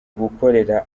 gukorera